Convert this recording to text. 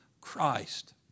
Christ